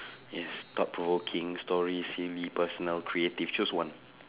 yes thought provoking stories silly personal creative choose one